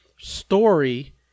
story